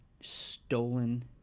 stolen